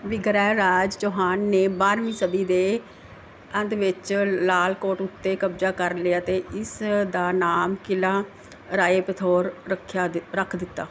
ਵਿਗ੍ਰਹਿਰਾਜ ਚੌਹਾਨ ਨੇ ਬਾਰਵੀਂ ਸਦੀ ਦੇ ਅੰਤ ਵਿੱਚ ਲਾਲ ਕੋਟ ਉੱਤੇ ਕਬਜ਼ਾ ਕਰ ਲਿਆ ਅਤੇ ਇਸ ਦਾ ਨਾਮ ਕਿਲ੍ਹਾ ਰਾਏ ਪਿਥੌਰ ਰੱਖਿਆ ਰੱਖ ਦਿੱਤਾ